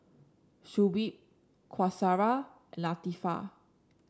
Shuib Qaisara and Latifa